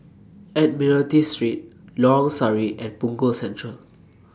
Admiralty Street Lorong Sari and Punggol Central